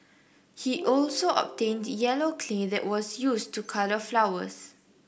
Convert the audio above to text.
he also obtained yellow clay that was used to colour flowers